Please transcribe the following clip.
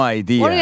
idea